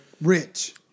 rich